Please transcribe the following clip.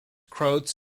croats